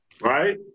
right